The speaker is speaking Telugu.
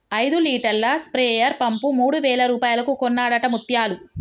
ఐదు లీటర్ల స్ప్రేయర్ పంపు మూడు వేల రూపాయలకు కొన్నడట ముత్యాలు